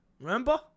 Remember